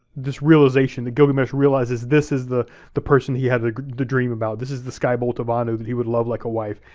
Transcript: this realization, that gilgamesh realizes this is the the person he had a dream about, this is the sky-bolt of anu that he would love like a wife.